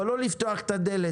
אבל לא לפתוח את הדלת,